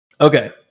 okay